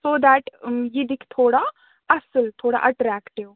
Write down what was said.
سو that یہِ دِکھ تھوڑا اصٕل تھوڑا اَٹریکٹِو